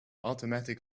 automatic